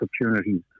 opportunities